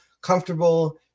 comfortable